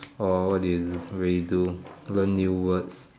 or what do you really do learn new words